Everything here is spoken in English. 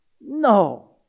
No